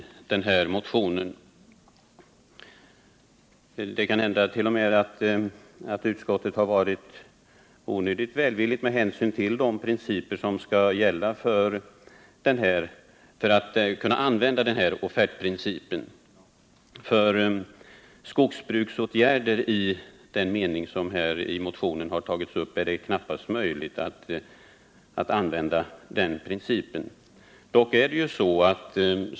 Möjligen har utskottet i det här avseendet t.o.m. yttrat sig onödigt välvilligt i fråga om de villkor som skall gälla för att man skall kunna tillämpa den här offertprincipen. För skogsbruksåtgärder av det slag som berörs i motionen är det knappast möjligt att använda den principen.